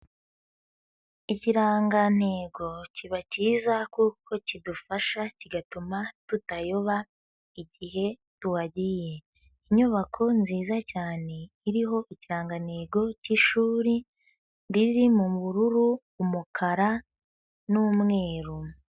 Ikirangantego kiba cyiza kuko kidufasha kigatuma tutayoba igihe tuhagiye, inyubako nziza cyane iriho ikirangantego cy'ishuri riri mu bururu, umukara n'umweru.